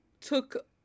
took